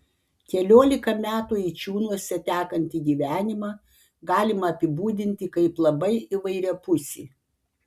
keliolika metų eičiūnuose tekantį gyvenimą galima apibūdinti kaip labai įvairiapusį